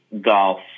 Golf